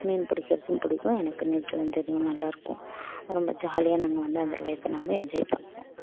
மீன் பிடிக்கிறதும் பிடிக்கும் எனக்கு நீச்சலும் தெரியும் நல்லாருக்கும் ரொம்ப ஜாலியா நாங்கள் வந்து அந்த லைஃப்பை நம்ம என்ஜாய் பண்ணுவோம்